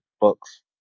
books